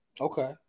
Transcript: okay